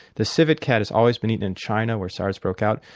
the civet cat has always been eaten in china where sars broke out,